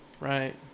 right